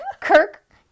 Kirk